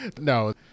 no